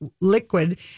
liquid